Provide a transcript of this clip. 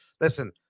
listen –